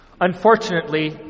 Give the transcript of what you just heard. Unfortunately